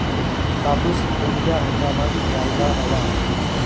कापूस कोणत्या हंगामात घ्यायला हवा?